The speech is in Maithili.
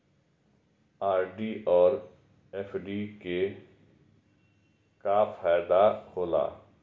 आर.डी और एफ.डी के का फायदा हौला?